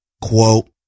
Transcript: Quote